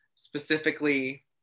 specifically